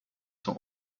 zum